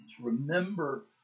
Remember